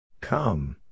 Come